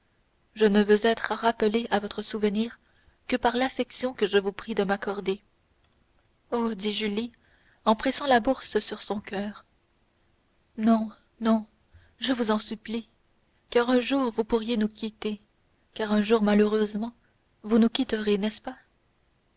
je ne veux être rappelé à votre souvenir que par l'affection que je vous prie de m'accorder oh dit julie en pressant la bourse sur son coeur non non je vous en supplie car un jour vous pourriez nous quitter car un jour malheureusement vous nous quitterez n'est-ce pas